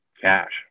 cash